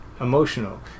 emotional